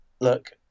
look